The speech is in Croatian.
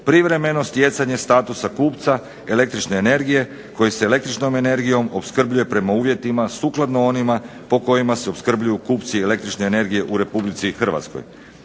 privremeno stjecanje statusa kupca električne energije koji se električnom energijom opskrbljuje prema uvjetima sukladno onima po kojima se opskrbljuju kupci električne energije u Republici Hrvatskoj.